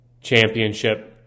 championship